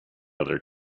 other